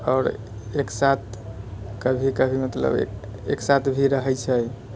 आओर एक साथ कभी कभी मतलब एक साथ भी रहैत छै